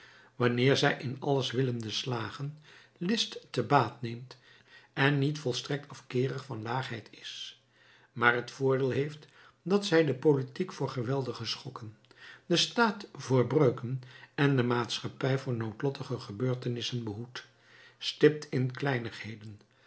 wanneer zij in alles willende slagen list te baat neemt en niet volstrekt afkeerig van laagheid is maar het voordeel heeft dat zij de politiek voor geweldige schokken den staat voor breuken en de maatschappij voor noodlottige gebeurtenissen behoedt stipt in kleinigheden